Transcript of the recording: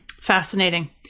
Fascinating